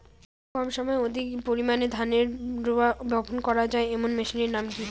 কম সময়ে অধিক পরিমাণে ধানের রোয়া বপন করা য়ায় এমন মেশিনের নাম কি?